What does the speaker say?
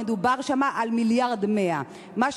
מדובר שם על 1.1 מיליארדים,